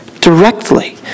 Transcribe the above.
directly